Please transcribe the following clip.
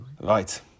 Right